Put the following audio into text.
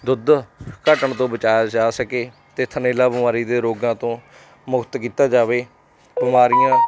ਦੁੱਧ ਘੱਟਣ ਤੋਂ ਬਚਾਇਆ ਜਾ ਸਕੇ ਅਤੇ ਥਨੇਲਾ ਬਿਮਾਰੀ ਦੇ ਰੋਗਾਂ ਤੋਂ ਮੁਕਤ ਕੀਤਾ ਜਾਵੇ ਬਿਮਾਰੀਆਂ